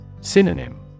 Synonym